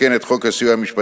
המתקן את חוק הסיוע המשפטי,